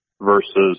versus